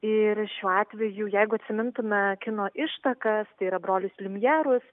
ir šiuo atveju jeigu atsimintume kino ištakas tai yra brolius liumjerus